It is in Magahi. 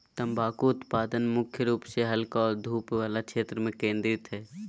तम्बाकू उत्पादन मुख्य रूप से हल्का और धूप वला क्षेत्र में केंद्रित हइ